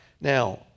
Now